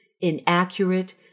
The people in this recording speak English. inaccurate